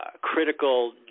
critical